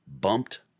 bumped